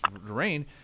rain